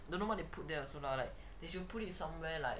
don't know why they put there also lah they should put it somewhere like